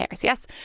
Yes